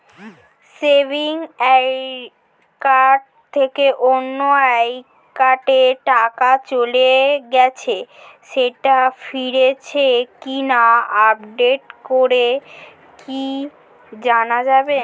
Savings account থেকে অন্য একাউন্টে টাকা চলে গেছে সেটা ফিরেছে কিনা আপডেট করে কি জানা যাবে?